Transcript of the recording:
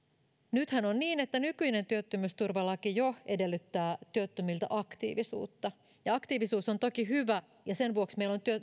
nythän on niin että nykyinen työttömyysturvalaki jo edellyttää työttömiltä aktiivisuutta ja aktiivisuus on toki hyvä ja sen vuoksi meillä on